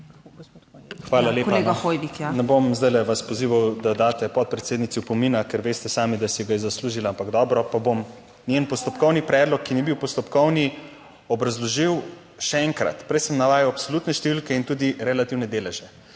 Hvala lepa. Ne bom zdajle vas pozival, da daste podpredsednici opomina, ker veste sami, da si ga je zaslužila, ampak dobro, pa bom njen postopkovni predlog, ki ni bil postopkovni, obrazložil še enkrat. Prej sem navajal absolutne številke in tudi relativne deleže.